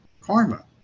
karma